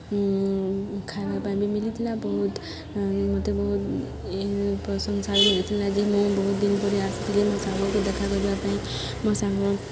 ଖାଇବା ପାଇଁ ବି ମିଳିଥିଲା ବହୁତ ମୋତେ ବହୁତ ପ୍ରଶଂସା ମିଳିଥିଲା ଯେ ମୁଁ ବହୁତ ଦିନ ପରେ ଆସିଥିଲି ମୋ ସାଙ୍ଗକୁ ଦେଖା କରିବା ପାଇଁ ମୋ ସାଙ୍ଗ